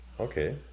Okay